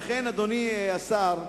אדוני השר,